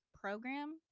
program